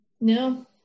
No